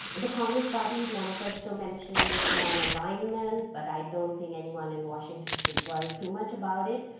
the congress party manifesto mentions nonalignment, but i don't think anyone in washington should worry too much about it.